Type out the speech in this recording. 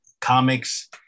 comics